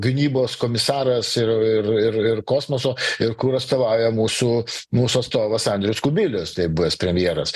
gynybos komisaras ir ir ir ir kosmoso ir kur atstovauja mūsų mūsų atstovas andrius kubilius tai buvęs premjeras